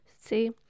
See